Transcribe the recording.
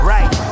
Right